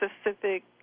specific